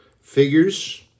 figures